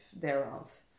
thereof